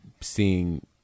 seeing